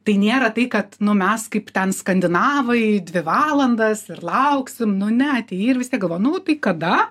tai nėra tai kad nu mes kaip ten skandinavai dvi valandas ir lauksim nu ne atėjai ir vis tiek galvoji nu tai kada